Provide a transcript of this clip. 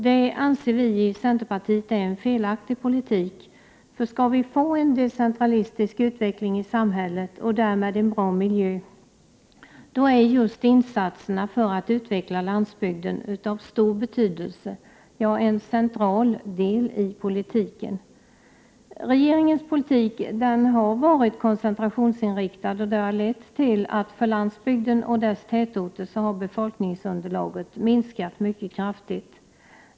Vi i centerpartiet anser att detta är en felaktig politik. Om vi skall få en decentralistisk utveckling i samhället, och därmed en bra miljö, är just insatserna för att utveckla landsbygden av stor betydelse och en central del i politiken. Regeringens politik har varit koncentrationsinriktad. Detta har lett till att befolkningsunderlaget minskat mycket kraftigt för landsbygden och dess tätorter.